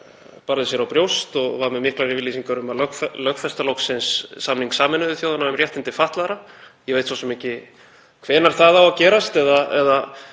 barði sér á brjóst og var með miklar yfirlýsingar um að lögfesta loksins samning Sameinuðu þjóðanna um réttindi fatlaðra. Ég veit svo sem ekki hvenær það á að gerast eða